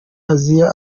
aziya